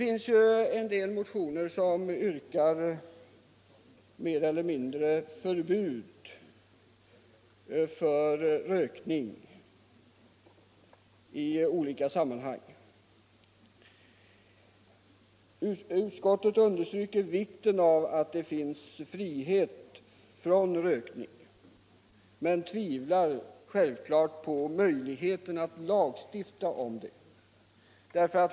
I en del motioner yrkas ett mer eller mindre direkt förbud mot rökning i olika sammanhang. Utskottet understryker vikten av att det finns frihet från rökning i vissa offentliga sammanhang men tvivlar självklart på möjligheten att lagstifta om detta.